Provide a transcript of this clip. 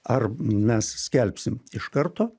ar mes skelbsim iš karto